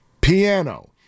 PIANO